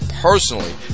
personally